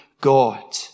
God